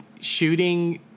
shooting